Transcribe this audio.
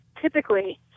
typically